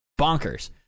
bonkers